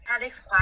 Alex